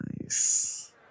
nice